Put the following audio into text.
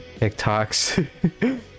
TikToks